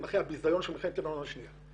אחרי הביזיון של מלחמת לבנון השנייה.